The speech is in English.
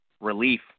relief